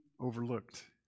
overlooked